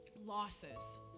Losses